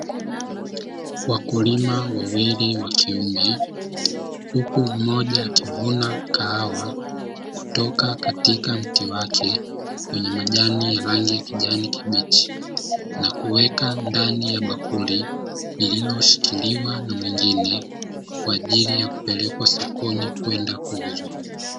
Wakulima wawili wakiume, huku mmoja akivuna kahawa kutoka katika mti wake wenye majani ya rangi ya kijani kibichi, na kuweka ndani ya bakuli, lililoshikiliwa na mwingine. Kwa ajili ya kupelekwa sokoni kwenda kuuzwa.